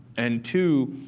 and two,